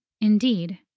Indeed